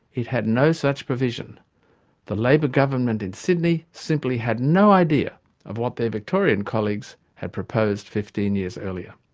it had no such provision the labor government in sydney simply had no idea of what their victorian colleagues had proposed fifteen years earlier.